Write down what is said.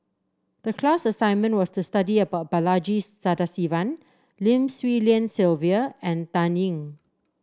the class assignment was to study about Balaji Sadasivan Lim Swee Lian Sylvia and Dan Ying